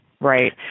Right